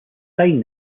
sign